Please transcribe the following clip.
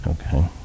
Okay